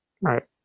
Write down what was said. Right